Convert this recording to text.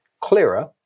clearer